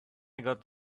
got